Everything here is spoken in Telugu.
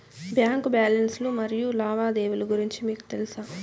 బ్యాంకు బ్యాలెన్స్ లు మరియు లావాదేవీలు గురించి మీకు తెల్సా?